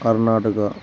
Karnataka